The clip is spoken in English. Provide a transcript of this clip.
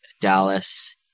Dallas